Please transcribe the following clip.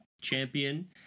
champion